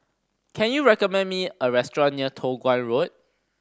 can you recommend me a restaurant near Toh Guan Road